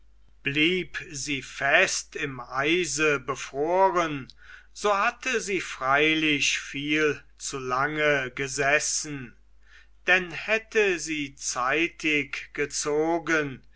blieb sie fest im eise befroren so hatte sie freilich viel zu lange gesessen denn hätte sie zeitig gezogen